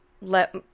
let